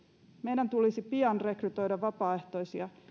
meidän tulisi pian rekrytoida vapaaehtoisia